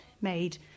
made